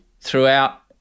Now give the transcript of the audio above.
throughout